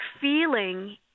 feeling